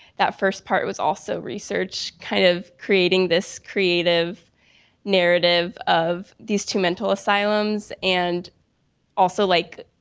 that first part was also research kind of creating this creative narrative of these two mental asylums and also like,